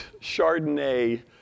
Chardonnay